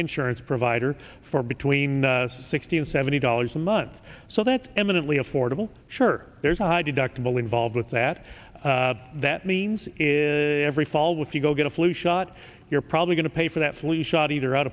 insurance provider for between sixty and seventy dollars a month so that eminently affordable sure there's a high deductible involved with that that means is every fall with you go get a flu shot you're probably going to pay for that flu shot either out